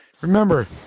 Remember